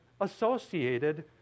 associated